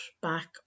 back